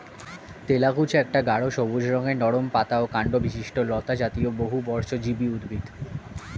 তেলাকুচা একটা গাঢ় সবুজ রঙের নরম পাতা ও কাণ্ডবিশিষ্ট লতাজাতীয় বহুবর্ষজীবী উদ্ভিদ